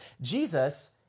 Jesus